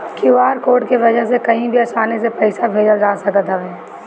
QR code के वजह से कही भी आसानी से पईसा भेजल जा सकत हवे